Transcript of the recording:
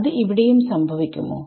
അത് ഇവിടെയും സംഭവിക്കുമോ